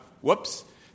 whoops